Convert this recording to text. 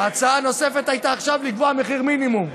הצעה נוספת הייתה עכשיו, לקבוע מחיר מינימום.